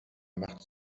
machte